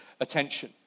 attention